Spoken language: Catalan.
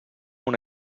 una